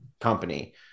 company